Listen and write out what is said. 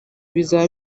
bizaba